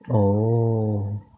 oh